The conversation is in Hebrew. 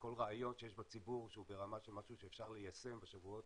כל רעיון שיש בציבור שהוא ברמה של משהו שאפשר ליישם בשבועות